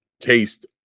taste